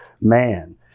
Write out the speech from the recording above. man